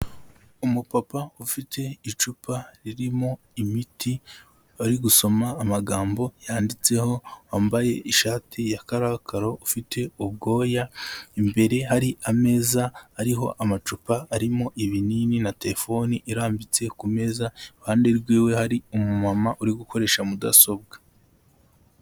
Umu papa ufite icupa ririmo imiti ari gusoma amagambo yanditseho, wambaye ishati ya karokaro ufite ubwoya. Imbere hari ameza ariho amacupa arimo ibinini na telefone irambitse ku meza, iruhande rw'iwe hari umu mama uri gukoresha mudasobwa.